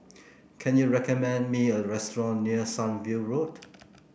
can you recommend me a restaurant near Sunview Road